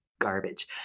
garbage